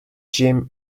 jim